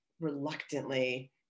reluctantly